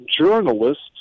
journalists